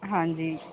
ਹਾਂਜੀ